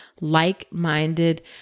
like-minded